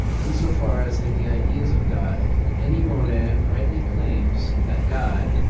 in so far as in the ideas of god any monad rightly claims that god,